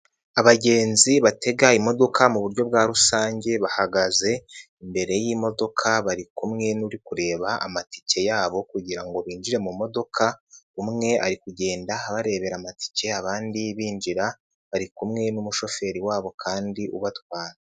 Abagenzi batega imodoka muburyo bwa rusange bahagaze imbere y'imodoka bari kumwe nuri kureba amatike yabo kugira ngo binjire mu modoka umwe ari kugenda abarebera amatike abandi binjira bari kumwe n'umushoferi wabo kandi ubatwara.